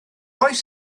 oes